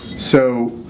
so.